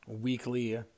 weekly